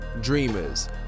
dreamers